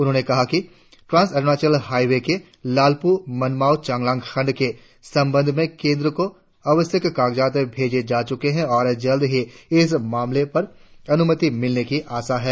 उन्होंने कहा कि ट्रांस अरुणाचल हाईवें के लालप्र मनमाउ चांगलांग खंड के संबंध में केंद्र को आवश्यक कागजात भेजे जा चुके है और जल्द ही इस मामले पर अनुमति मिलने की आशा है